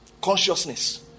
Consciousness